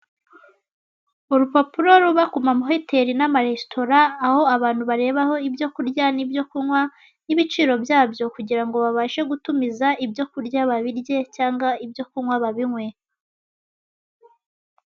Urupapuro ruba ku mahoteri n'amaresitora aho abantu barebaho ibyo kurya n'ibyo kunywa n'ibiciro byabyo kugira ngo babashe gutumiza ibyo kurya babirye cyangwa ibyo kunywa babinywe.